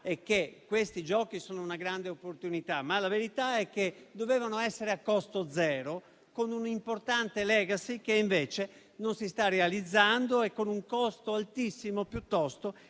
è che questi Giochi sono una grande opportunità, ma dovevano essere a costo zero, con un'importante *legacy* che invece non si sta realizzando e piuttosto con un costo altissimo